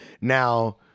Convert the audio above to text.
Now